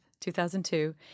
2002